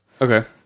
Okay